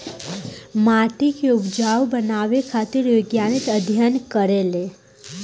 माटी के उपजाऊ बनावे खातिर वैज्ञानिक अध्ययन करेले